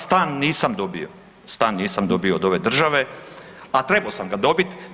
Stan nisam dobio, stan nisam dobio od ove države, a trebao sam ga dobiti.